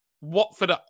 Watford